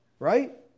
Right